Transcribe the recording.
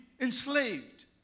enslaved